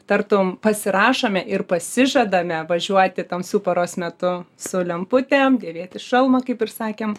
tartum pasirašome ir pasižadame važiuoti tamsiu paros metu su lemputėm dėvėti šalmą kaip ir sakėm